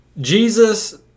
Jesus